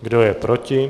Kdo je proti?